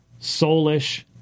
soulish